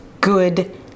good